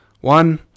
One